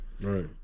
Right